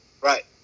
Right